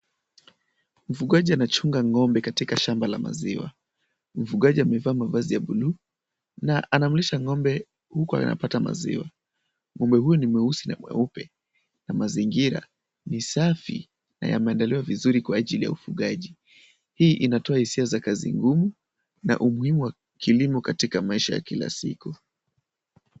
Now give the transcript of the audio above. Mfugaji anachunga ng'ombe katika shamba la maziwa. Mfugaji amevaa mavazi ya bluu na anamlisha ng'ombe huku anapata maziwa. Ng'ombe huyu ni mweusi na mweupe na mazingira ni safi na yameandaliwa vizuri kwa ajili ya ufugaji. Hii inatoa hisia za kazi ngumu na umuhimu wa kilimo katika maisha ya kila siku.